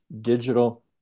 digital